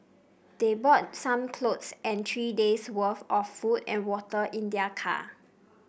they brought some clothes and three days worth of food and water in their car